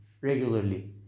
regularly